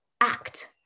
Act